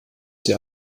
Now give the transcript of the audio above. der